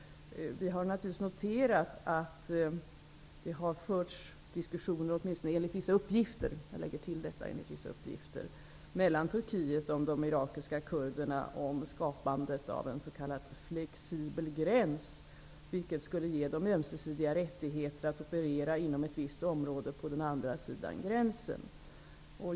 Vi har naturligtvis noterat att det, enligt vissa uppgifter, har förts diskussioner mellan Turkiet och de irakiska kurderna om skapandet av en s.k. flexibel gräns, vilket skulle ge dem ömsesidiga rättigheter att operera inom ett visst område på den andra sidan gränsen.